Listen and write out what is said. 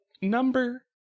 number